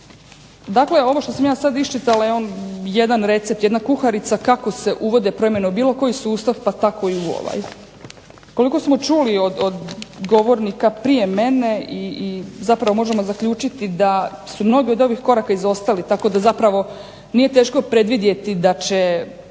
Dakle ovo što sam ja sad iščitala je jedan recept, jedna kuharica kako se uvode promjene u bilo koji sustav, pa tako i u ovaj. Koliko smo čuli od govornika prije mene, i zapravo možemo zaključiti da su mnogi od ovih koraka izostali, tako da zapravo nije teško predvidjeti da će